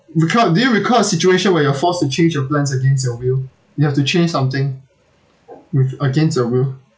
reca~ do you recall a situation where you're forced to change your plans against your will you have to change something which against your will